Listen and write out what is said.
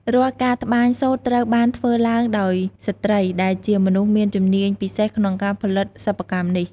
រាល់ការត្បាញសូត្រត្រូវបានធ្វើឡើងដោយស្ត្រី ដែលជាមនុស្សមានជំនាញពិសេសក្នុងការផលិតសិប្បកម្មនេះ។